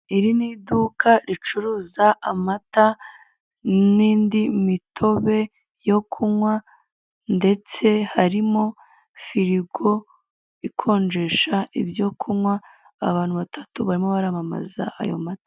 Iri ni iduka ricuruza amata n'indi mitobe yo kunywa ndetse harimo firigo ikonjesha ibyo kunywa abantu batatu barimo baramamaza ayo mata.